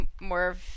more